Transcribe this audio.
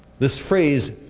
this phrase,